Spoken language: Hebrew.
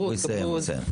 תסיים.